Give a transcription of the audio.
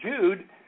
Jude